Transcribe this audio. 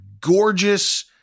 gorgeous